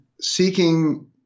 seeking